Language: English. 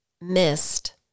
missed